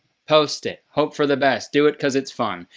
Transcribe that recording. post it. hope for the best. do it cause it's fun.